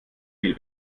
viel